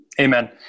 Amen